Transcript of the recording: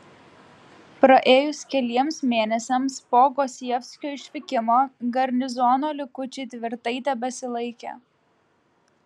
praėjus keliems mėnesiams po gosievskio išvykimo garnizono likučiai tvirtai tebesilaikė